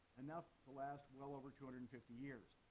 enough to last well over two hundred and fifty years.